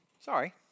Sorry